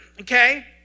okay